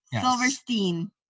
Silverstein